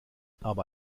aber